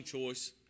choice